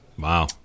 Wow